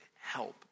help